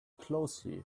closely